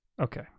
Okay